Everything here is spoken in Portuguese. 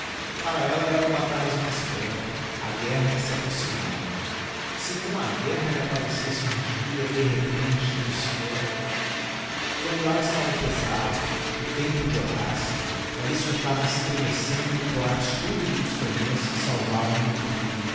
para ella eram batalhas mais perto a guerra que se approximava se com a guerra lhe apparecesse um dia de repente luciano quando o ar estava pesado o tempo de orofa ella escutava estremecendo o troar surdo dos canhões que salvavam no rio